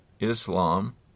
Islam